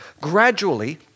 gradually